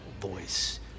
Voice